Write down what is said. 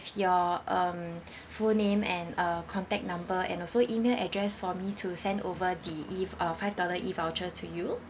your um full name and uh contact number and also email address for me to send over the E uh five dollar E voucher to you